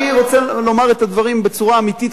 ואני רוצה לומר את הדברים בצורה אמיתית,